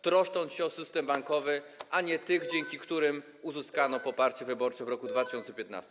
Troszczą się o system bankowy, a nie o tych, dzięki którym uzyskano poparcie wyborcze w roku 2015.